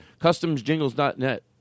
Customsjingles.net